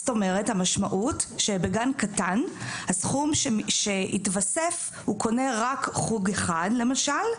זאת אומרת המשמעות שבגן קטן הסכום שיתווסף הוא קונה רק חוג אחד למשל.